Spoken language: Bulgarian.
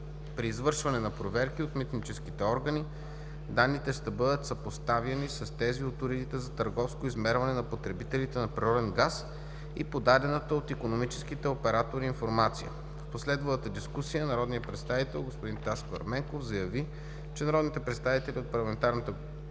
При извършване на проверки от митническите органи данните ще бъдат съпоставяни с тези от уредите за търговско измерване на потребителите на природен газ и подадената от икономическите оператори информация. В последвалата дискусия народният представител господин Таско Ерменков заяви, че народните представители от парламентарната